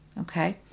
Okay